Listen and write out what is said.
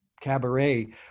Cabaret